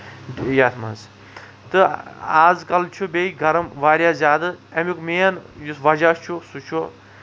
یَتھ منٛز تہٕ آز کَل چھُ بیٚیہِ گرُم واریاہ زیادٕ اَمیُک مین یُس وجہہ چھُ سُہ چھُ